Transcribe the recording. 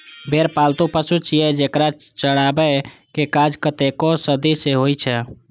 भेड़ पालतु पशु छियै, जेकरा चराबै के काज कतेको सदी सं होइ छै